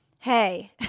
hey